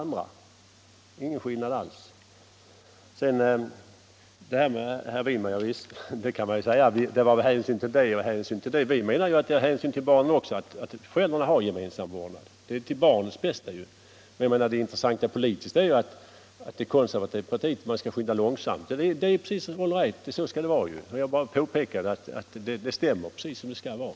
Det är ingen skillnad alls. Man kan visst säga, herr Winberg, att det var det ena eller andra hänsynstagandet som låg bakom. Men vi anser att det är av hänsynen till barnen som föräldrarna bör ha gemensam omvårdnad. Det är ju för barnens bästa. Det intressanta politiskt är ju att det konservativa partiet vill skynda långsamt, och jag bara påpekade att det är precis som det skall vara.